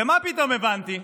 ומה פתאום הבנתי?